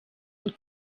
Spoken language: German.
und